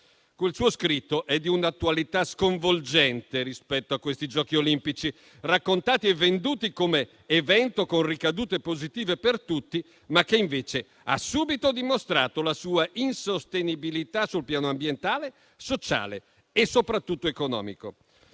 Quel suo scritto è di un'attualità sconvolgente rispetto a questi Giochi olimpici, raccontati e venduti come evento con ricadute positive per tutti, ma che invece ha subito dimostrato la sua insostenibilità sul piano ambientale, sociale e soprattutto economico